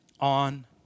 on